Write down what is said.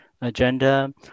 agenda